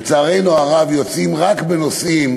הן, לצערנו הרב, רק בנושאים